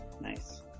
Nice